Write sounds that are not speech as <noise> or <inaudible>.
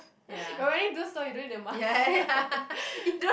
<breath> you're wearing two so you don't need the mask <laughs>